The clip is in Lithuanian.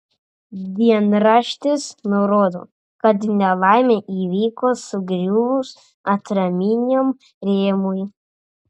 dienraštis nurodo kad nelaimė įvyko sugriuvus atraminiam rėmui